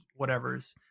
whatevers